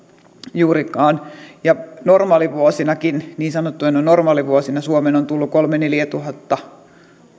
juurikaan ja normaalivuosinakin niin sanottuina normaalivuosina suomeen on tullut kolmetuhatta viiva neljätuhatta